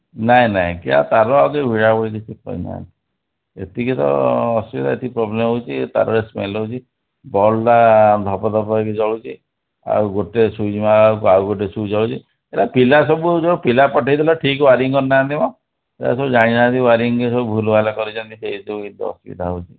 ନାଇଁ ନାଇଁ କିଏ ଆଉ ତାର ଆଉ କେହି ଭିଡ଼ାଭିଡ଼ି କିଛି କରିନାହାନ୍ତି ଏତିକି ତ ଅସୁବିଧା ଏତିକି ପ୍ରୋବ୍ଲେମ୍ ହେଉଛି ତାରରେ ସ୍ମେଲ୍ ହେଉଛି ବଲ୍ଟା ଧପ୍ ଧପ୍ ହୋଇକି ଜଳୁଛି ଆଉ ଗୋଟେ ସ୍ଵିଚ୍ ମାରିଲା ବେଳକୁ ଆଉ ଗୋଟେ ସ୍ଵିଚ୍ ଜଳୁଛି ସେଇ ପିଲା ସବୁ ଯେଉଁ ପିଲା ପଠାଇଥିଲ ଠିକ୍ ୱାରିଙ୍ଗ୍ କରିନାହାନ୍ତି ମ ସେଗୁଡ଼ା ସବୁ ଜାଣିନାହାନ୍ତି ୱାରିଙ୍ଗ୍ ସବୁ ଭୁଲ୍ଭାଲ୍ କରିଛନ୍ତି ସେହି ଯୋଗୁଁ ଏମିତି ଅସୁବିଧା ହେଉଛି